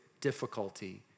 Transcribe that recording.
difficulty